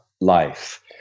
life